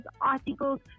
articles